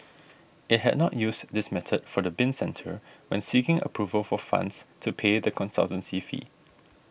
it had not used this method for the bin centre when seeking approval for funds to pay the consultancy fee